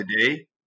today